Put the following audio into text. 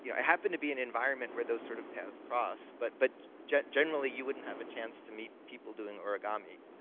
you know i happen to be in an environment where those sort of paths cross, but but generally, you wouldn't have a chance to meet people doing origami,